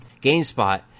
GameSpot